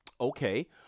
Okay